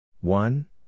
One